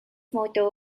motto